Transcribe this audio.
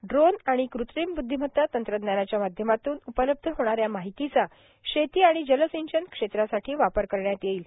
drone आणि कृत्रीम ब्द्वीमत्ता तंत्रज्ञानाच्या माध्यमातून उपलब्ध होणाऱ्या माहितीचा शेती आणि जलसिंचन क्षेत्रासाठी वापर करण्यात येईल